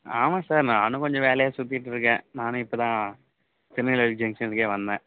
ஆமாம் சார் நானும் கொஞ்சம் வேலையாக சுற்றிட்ருக்கேன் நானும் இப்ப தான் திருநெல்வேலி ஜங்க்ஷனுக்கே வந்தேன்